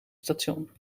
station